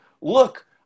look